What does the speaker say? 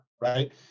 right